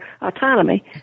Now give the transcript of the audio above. autonomy